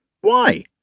Why